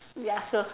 you ask her